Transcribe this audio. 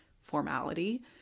formality